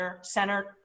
Center